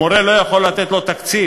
המורה לא יכול לתת תקציב,